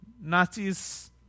Nazis